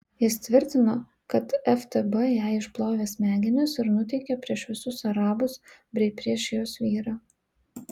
jis tvirtino kad ftb jai išplovė smegenis ir nuteikė prieš visus arabus bei prieš jos vyrą